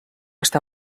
està